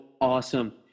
awesome